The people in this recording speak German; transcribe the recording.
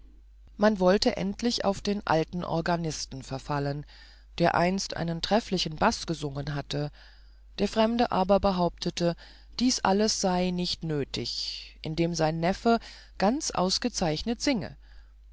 man wollte endlich auf den alten organisten verfallen der einst einen trefflichen baß gesungen hatte der fremde aber behauptete dies alles sei nicht nötig indem sein neffe ganz ausgezeichnet singe